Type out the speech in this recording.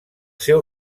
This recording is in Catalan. seu